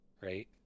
Right